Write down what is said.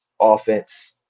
offense